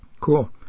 Cool